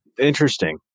Interesting